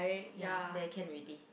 ya there can already